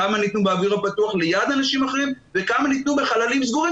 כמה ניתנו באוויר הפתוח ליד אנשים אחרים וכמה ניתנו בחללים סגורים